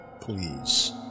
please